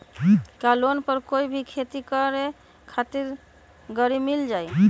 का लोन पर कोई भी खेती करें खातिर गरी मिल जाइ?